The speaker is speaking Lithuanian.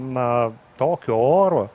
na tokiu oru